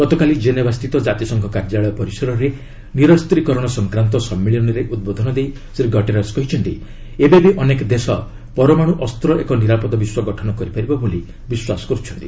ଗତକାଲି ଜେନେଭାସ୍ଥିତ କାତିସଂଘ କାର୍ଯ୍ୟାଳୟ ପରିସରରେ ନିରସ୍ତ୍ରୀକରଣ ସଂକ୍ରାନ୍ତ ସମ୍ମିଳନରେ ଉଦ୍ବୋଧନ ଦେଇ ଶ୍ରୀ ଗଟେରସ୍ କହିଛନ୍ତି ଏବେ ବି ଅନେକ ଦେଶ ପରମାଣୁ ଅସ୍ତ୍ର ଏକ ନିରାପଦ ବିଶ୍ୱ ଗଠନ କରିପାରିବ ବୋଲି ବିଶ୍ୱାସ କର୍ଛନ୍ତି